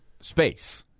space